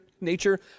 nature